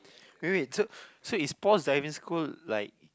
wait wait so so is Paul's driving school like